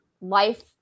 life